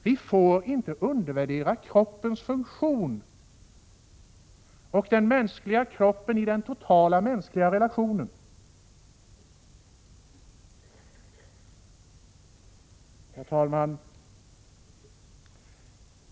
Vi får inte undervärdera kroppens funktion och den mänskliga kroppen i den totala mänskliga relationen. Herr talman!